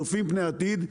אנחנו צופים פני עתיד,